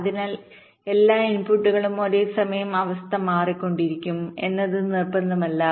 അതിനാൽ എല്ലാ ഇൻപുട്ടുകളും ഒരേ സമയം അവസ്ഥ മാറിക്കൊണ്ടിരിക്കും എന്നത് നിർബന്ധമല്ല